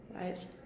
Right